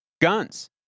guns